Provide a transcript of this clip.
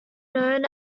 known